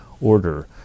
order